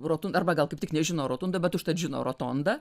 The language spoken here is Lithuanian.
rotun arba gal kaip tik nežino rotundą bet užtat žino rotondą